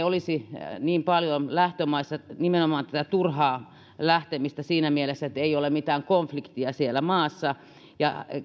olisi niin paljon nimenomaan tätä turhaa lähtemistä siinä mielessä että ei ole mitään konfliktia siellä maassa ja